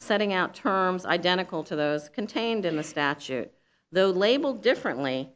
setting out terms identical to those contained in the statute the label differently